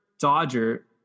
Dodger